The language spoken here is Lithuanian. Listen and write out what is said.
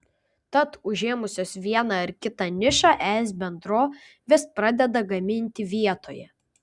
tad užėmusios vieną ar kitą nišą es bendrovės pradeda gaminti vietoje